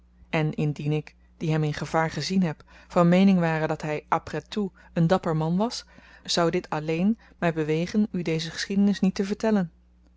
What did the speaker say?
en indien ik die hem in gevaar gezien heb van meening ware dat hy après tout een dapper man was zou dit alleen my bewegen u deze geschiedenis niet te vertellen